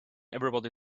everybody